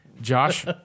Josh